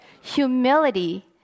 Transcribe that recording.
humility